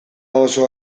oso